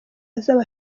azaba